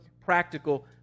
practical